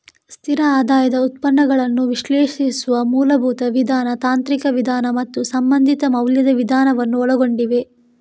ಸ್ಥಿರ ಆದಾಯದ ಉತ್ಪನ್ನಗಳನ್ನು ವಿಶ್ಲೇಷಿಸುವ ಮೂಲಭೂತ ವಿಧಾನ, ತಾಂತ್ರಿಕ ವಿಧಾನ ಮತ್ತು ಸಂಬಂಧಿತ ಮೌಲ್ಯದ ವಿಧಾನವನ್ನು ಒಳಗೊಂಡಿವೆ